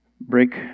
break